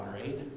right